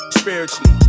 spiritually